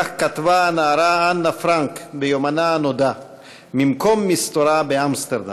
כך כתבה הנערה אנה פרנק ביומנה הנודע במקום מסתורה באמסטרדם.